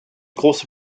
große